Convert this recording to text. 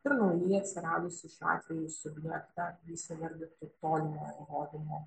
ir naujai atsiradusį šiuo atveju subjektą jis įvardytų tolimojo rodymo